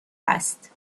است